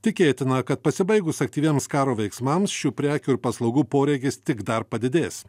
tikėtina kad pasibaigus aktyviems karo veiksmams šių prekių ir paslaugų poreikis tik dar padidės